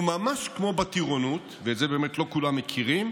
וממש כמו בטירונות, ואת זה באמת לא כולם מכירים,